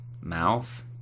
Mouth